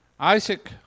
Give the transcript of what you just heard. Isaac